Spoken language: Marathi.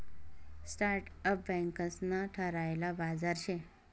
स्टार्टअप बँकंस ना ठरायल बाजार शे